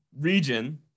region